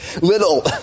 Little